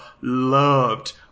loved